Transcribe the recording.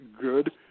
good